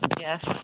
yes